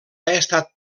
estat